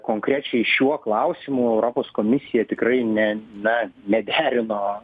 konkrečiai šiuo klausimu europos komisija tikrai ne na nederino